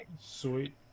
Sweet